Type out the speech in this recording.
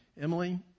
Emily